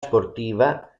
sportiva